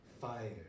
Fire